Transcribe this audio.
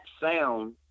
sound